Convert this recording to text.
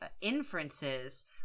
inferences